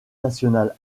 nationale